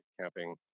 camping